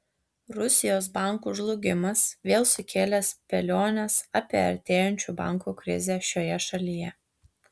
rusijos bankų žlugimas vėl sukėlė spėliones apie artėjančių bankų krizę šioje šalyje